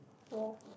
!wow!